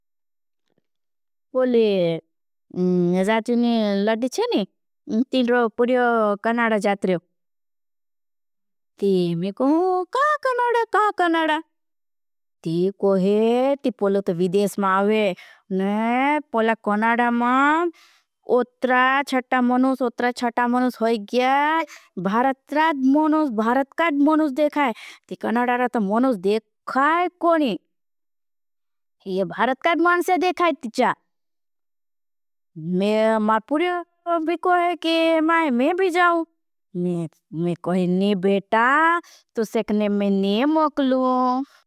पोले जाती नी लड़ी चे नी तीनरो पुरियो कनाड़ा जात रहो। ती में कहू कहा कनाड़ा कहा कनाड़ा ती कोहे ती पोलो। ता विदेश मा आवे ने पोला कनाड़ा मा उत्रा छटा मनुस। उत्रा छटा मनुस होई गया भारत राज मनुस भारत काड़। मनुस देखा है ती कनाड़ा राज मनुस देखा है कोनी ये भारत। काड़ मनुस है देखा है ती चाट में मा पुरियो भी कोहे कि। मैं में भी जाओ में कोहे नी बेटा तो सेखने में ने मोकलू।